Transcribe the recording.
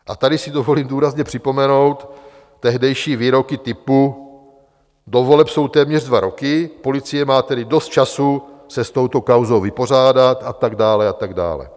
A tady si dovolím důrazně připomenout tehdejší výroky typ: Do voleb jsou téměř dva roky, policie má tedy dost času se s touto kauzou vypořádat, a tak dále a tak dále.